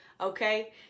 okay